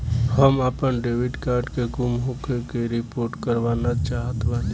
हम आपन debit card के गुम होखे के रिपोर्ट करवाना चाहत बानी